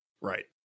Right